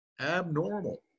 abnormal